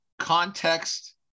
context